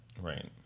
Right